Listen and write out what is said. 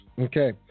Okay